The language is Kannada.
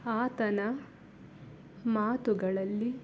ಆತನ ಮಾತುಗಳಲ್ಲಿ